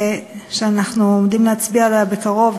שאנחנו עומדים להצביע עליה בקרוב,